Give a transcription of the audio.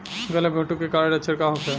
गलघोंटु के कारण लक्षण का होखे?